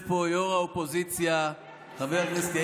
חברי הכנסת דוידסון ובן ארי, תודה רבה.